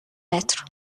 متر